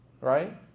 right